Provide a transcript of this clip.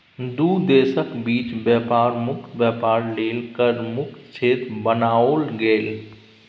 दू देशक बीच बेपार मुक्त बेपार लेल कर मुक्त क्षेत्र बनाओल गेल